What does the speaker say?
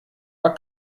war